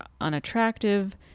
unattractive